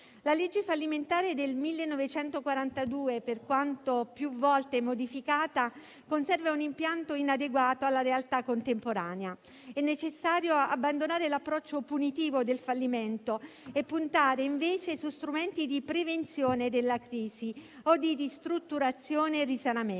La legge fallimentare del 1942, per quanto più volte modificata, conserva un impianto inadeguato alla realtà contemporanea. È necessario abbandonare l'approccio punitivo del fallimento e puntare, invece, su strumenti di prevenzione della crisi o di ristrutturazione e risanamento,